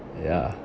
ya